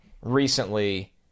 recently